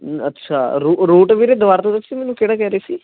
ਅੱਛਾ ਰੂ ਰੂਟ ਵੀਰੇ ਦੁਬਾਰਾ ਤੋਂ ਦੱਸੀ ਮੈਨੂੰ ਕਿਹੜਾ ਕਹਿ ਰਹੇ ਸੀ